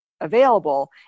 available